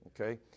Okay